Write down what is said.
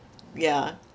yeah